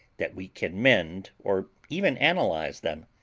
that we can mend or even analyze them.